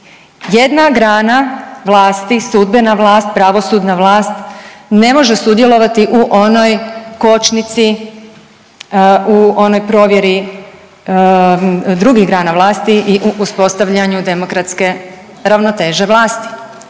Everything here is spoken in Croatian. Jedna grana vlasti, sudbena vlast, pravosudna vlast ne može sudjelovati u onoj kočnici, u onoj provjeri drugih grana vlasti i uspostavljanju demokratske ravnoteže vlasti